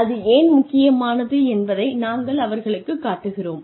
அது ஏன் முக்கியமானது என்பதை நாங்கள் அவர்களுக்குக் காட்டுகிறோம்